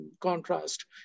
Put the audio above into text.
contrast